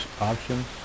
options